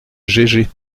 gégé